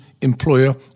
employer